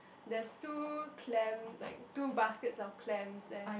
there's two clam like two baskets of clams there